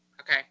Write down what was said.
okay